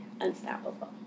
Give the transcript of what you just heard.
unstoppable